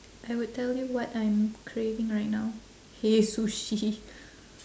I would tell you what I'm craving right now hei sushi